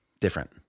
different